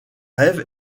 rêve